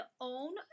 own